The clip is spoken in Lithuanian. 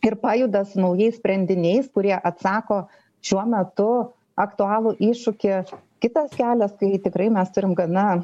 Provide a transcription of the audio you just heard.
ir pajuda su naujais sprendiniais kurie atsako šiuo metu aktualų iššūkį kitas kelias kurį tikrai mes turim gana